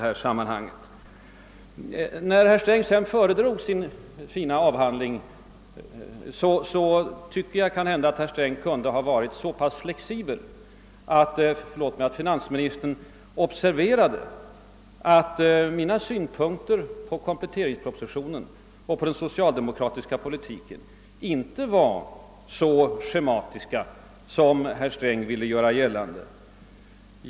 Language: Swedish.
När finansministern föredrog sin avhandling tycker jag att han kunde varit så »flexibel», att han hade observerat att mina synpunkter på kompletteringspropositionen och den socialdemokratiska politiken inte var så schematiska som finansministern ville göra gällande.